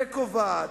וקובעת,